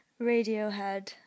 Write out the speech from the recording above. Radiohead